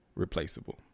replaceable